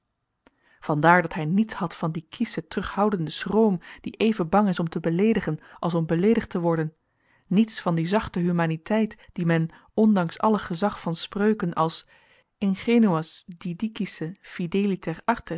daar dat hij niets had van dien kieschen terughoudenden schroom die even bang is om te beleedigen als om beleedigd te worden niets van die zachte humaniteit die men ondanks alle gezag van spreuken als ingenuas didicisse fideliter